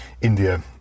India